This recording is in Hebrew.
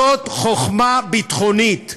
זאת חוכמה ביטחונית.